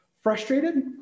frustrated